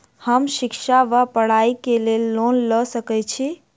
हम शिक्षा वा पढ़ाई केँ लेल लोन लऽ सकै छी?